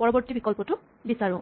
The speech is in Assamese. পৰবৰ্তী বিকল্পটো বিচাৰো